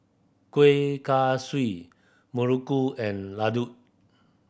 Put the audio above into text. Kuih Kaswi Muruku and Laddu